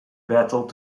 battle